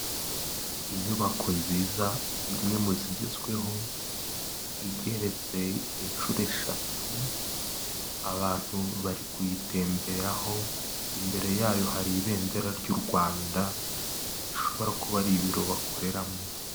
Inyubako nziza imwe mu zigezweho, igeretse inshuro eshatu, abantu bari kuyitemberaho, imbere yayo hari ibendera ry'u Rwanda ishobora kuba ari ibiro bakoreramo.